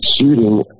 shooting